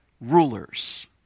rulers